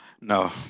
No